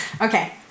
Okay